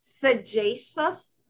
sagacious